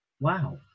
Wow